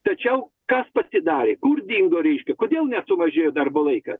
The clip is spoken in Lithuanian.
tačiau kas pasidarė kur dingo reiškia kodėl nesumažėjo darbo laikas